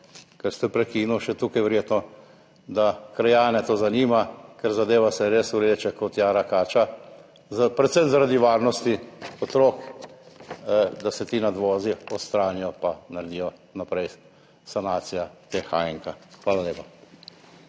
ker ste prekinili, še tukaj verjetno. Krajane to zanima, ker zadeva se res vleče kot jara kača. Predvsem zaradi varnosti otrok, da se ti nadvozi odstranijo pa naredi naprej sanacija te H1. Hvala lepa.